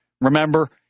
remember